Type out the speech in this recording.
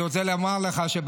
אני רציתי להגיד שכשדיברתי על זה,